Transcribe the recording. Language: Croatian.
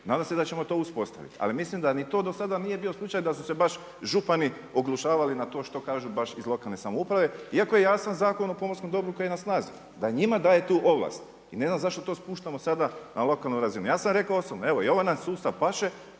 Nadam se da ćemo to uspostaviti. Ali mi mislim da ni to do sada nije bio slučaj da su se baš župani oglušavali na to što kaže baš iz lokalne samouprave iako je jasan Zakon o pomorskom dobru koji je na snazi da i njima daje tu ovlast. I ne znam zašto to spuštamo sada na lokalnu razinu. Ja sam rekao osobno evo i ovaj nam sustav paše,